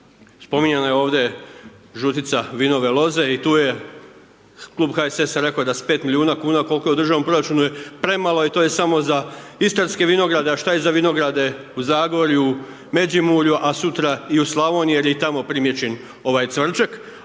Spominjano je ovdje žutica vinove loze i tu je, klub HSS-a rekao je da s 5 milijuna kuna, koliko je u državnom proračunu je premalo i to je samo za istarske vinograde, a šta je za vinograde u Zagorju, Međimurju, a sutra i u Slavoniji jer je i tamo primijećen ovaj cvrčak.